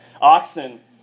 oxen